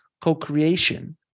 co-creation